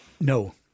No